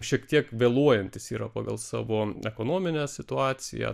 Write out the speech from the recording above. šiek tiek vėluojantys yra pagal savo ekonominę situaciją